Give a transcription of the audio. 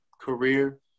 career